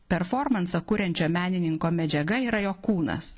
performansą kuriančio menininko medžiaga yra jo kūnas